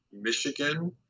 Michigan